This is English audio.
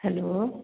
hello